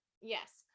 yes